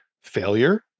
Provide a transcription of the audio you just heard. failure